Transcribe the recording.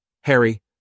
Harry